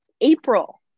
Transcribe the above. April